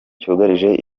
cyugarije